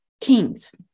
kings